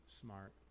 smart